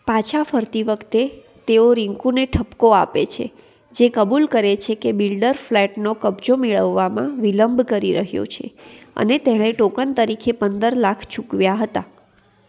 પાછા ફરતી વખતે તેઓ રિંકુને ઠપકો આપે છે જે કબૂલ કરે છે કે બિલ્ડર ફ્લેટનો કબજો મેળવવામાં વિલંબ કરી રહ્યો છે અને તેણે ટોકન તરીકે પંદર લાખ ચૂકવ્યા હતા